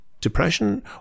depression